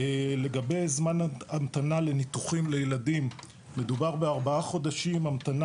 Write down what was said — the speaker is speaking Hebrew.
לגבי זמן ההמתנה לניתוחים לילדים מדובר ב-4 חודשים המתנה